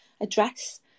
address